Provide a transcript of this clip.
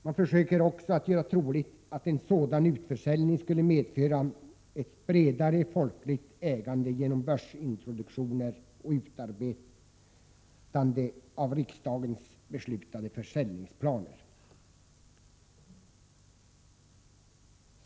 Man försöker också att göra troligt att en sådan utförsäljning skulle medföra ett bredare folkligt ägande genom börsintroduktioner och genom utarbetande och av riksdagen beslutade försäljningsplaner.